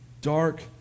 dark